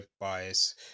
bias